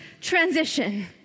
transition